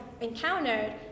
encountered